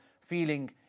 feeling